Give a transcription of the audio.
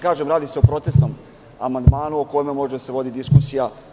Kažem, radi se o procesnom amandmanu, o kojem može da se vodi diskusija.